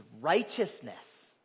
righteousness